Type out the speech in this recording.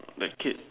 the kid